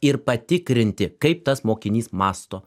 ir patikrinti kaip tas mokinys mąsto